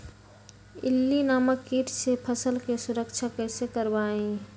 इल्ली नामक किट से फसल के सुरक्षा कैसे करवाईं?